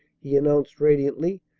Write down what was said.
he announced radiantly.